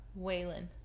Waylon